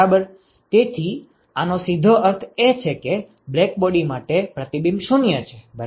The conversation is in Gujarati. તેથી આનો સીધો અર્થ એ છે કે બ્લેકબોડી માટે પ્રતિબિંબ 0 છે બરાબર